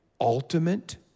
ultimate